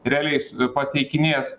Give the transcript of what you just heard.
realiais pateikinės